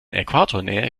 äquatornähe